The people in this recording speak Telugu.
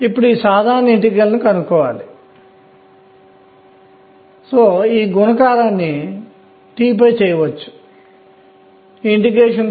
ఇప్పుడు కొన్నిసార్లు పై సూత్రం ను ఇలా వ్రాయడం జరిగింది